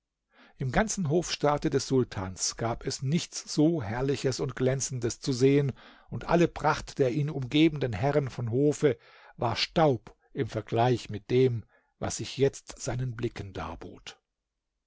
im ganzen hofstaate des sultans gab es nichts so herrliches und glänzendes zu sehen und alle pracht der ihn umgebenden herren von hofe war staub im vergleich mit dem was sich jetzt seinen blicken darbot